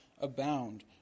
abound